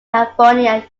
california